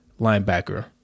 linebacker